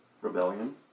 rebellion